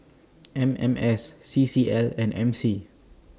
M M S C C L and M C